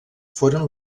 foren